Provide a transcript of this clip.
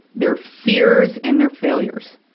their fears, and their failures.